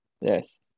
yes